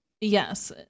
yes